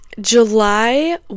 july